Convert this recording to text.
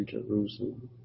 Jerusalem